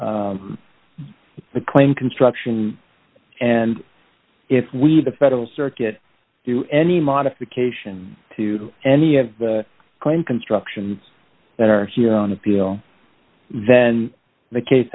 the claim construction and if we the federal circuit do any modification to any of the claim constructions that are here on appeal then the case